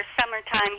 summertime